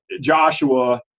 Joshua